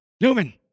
Newman